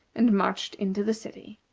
and marched into the city.